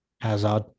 Hazard